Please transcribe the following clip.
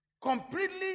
completely